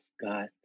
God